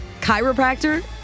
chiropractor